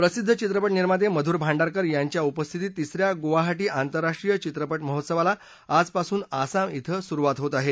प्रसिद्ध चित्रपट निर्माते मधुर भांडारकर यांच्या उपस्थितीत तिसऱ्या गुवाहाटी आंतरराष्ट्रीय चित्रपट महोत्सवाला आज पासून आसाम इथं सुरुवात होत आहे